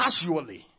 casually